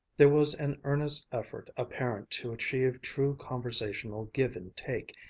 there was an earnest effort apparent to achieve true conversational give-and-take,